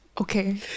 Okay